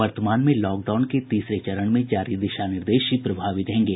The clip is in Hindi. वर्तमान में लॉकडाउन के तीसरे चरण में जारी दिशा निर्देश ही प्रभावी रहेंगे